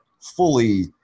fully